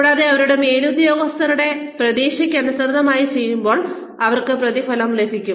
കൂടാതെ അവരുടെ മേലുദ്യോഗസ്ഥരുടെ പ്രതീക്ഷകൾക്കനുസൃതമായി ചെയ്യുമ്പോൾ അവർക്ക് പ്രതിഫലം ലഭിക്കും